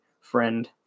friend